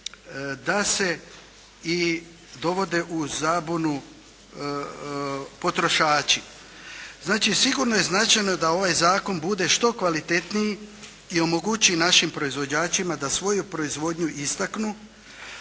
da se i dovode u zabunu potrošači. Znači sigurno je značajno da ovaj zakon bude što kvalitetniji i omogući našim proizvođačima da svoju proizvodnju istaknu,